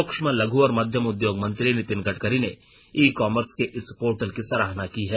सूक्ष्म लघु और मध्यम उद्योग मंत्री नितिन गडकरी ने ई कामर्स के इस पोर्टल की सराहना की है